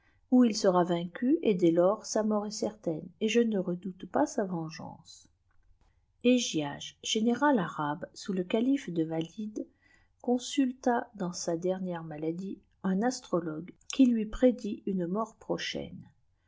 où il sera vaincu et dès iors sa mort est cêrtaîiie et je nte redoute pas sa veneaitoe fleggiage général arabe sous le cahfe vaîid consulta dans ttuckwdète maladie un astrcftogue qui lui prédit une mcwrt proetarae